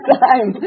time